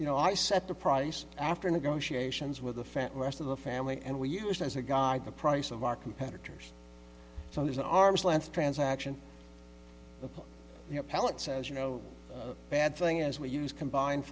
you know i set the price after negotiations with the fat rest of the family and we used as a guide the price of our competitors so there's an arm's length transaction you know pallet says you know bad thing as we use combined